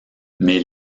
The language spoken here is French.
mais